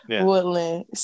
Woodland